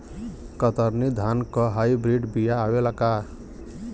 कतरनी धान क hybrid बिया आवेला का?